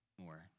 more